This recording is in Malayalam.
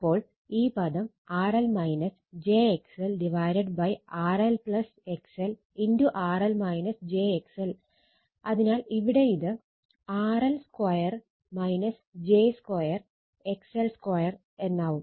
അപ്പോൾ ഈ പദം RL j XL RL XL × അതിനാൽ ഇവിടെ ഇത് RL 2 j 2 XL2 എന്നാവും